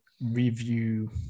review